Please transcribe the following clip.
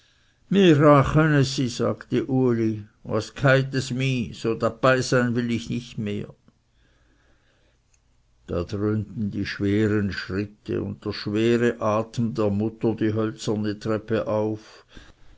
was gheit es mih so dabeisein will ich nicht mehr da dröhnten die schweren schritte und der schwere atem der mutter die hölzerne treppe auf